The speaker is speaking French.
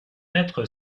mettre